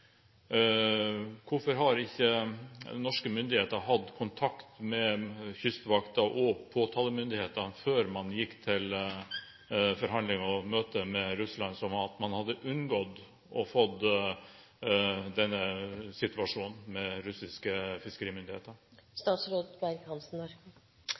Hvorfor har ikke norske myndigheter hatt kontakt med Kystvakten og påtalemyndigheter før man gikk til forhandling og møte med Russland, slik at man hadde unngått å få denne situasjonen med russiske fiskerimyndigheter?